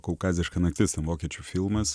kaukaziška naktis vokiečių filmas